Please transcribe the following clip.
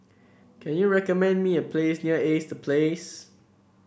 can you recommend me a place near A C E The Place